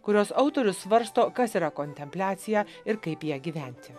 kurios autorius svarsto kas yra kontempliacija ir kaip ja gyventi